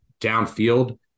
downfield